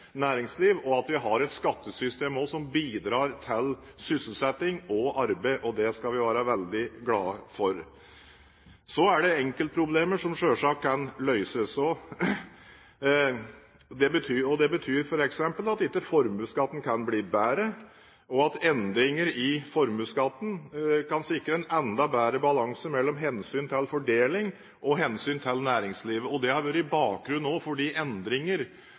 næringsliv og har et skattesystem som bidrar til sysselsetting og arbeid, og det skal vi være veldig glade for. Så er det enkeltproblemer som selvsagt kan løses. Det betyr f.eks. ikke at formuesskatten ikke kan bli bedre, og at endringer i formuesskatten kan sikre en enda bedre balanse mellom hensynet til fordeling og hensynet til næringslivet. Det har også vært bakgrunnen for de endringer